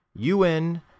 UN